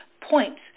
points